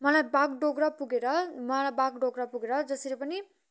मलाई बागडोग्रा पुगेर मलाई बागडोग्रा पुगेर जसरी पनि